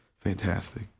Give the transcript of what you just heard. fantastic